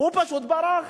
הוא פשוט ברח.